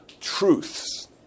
truths